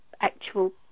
actual